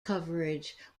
coverage